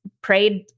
prayed